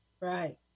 Right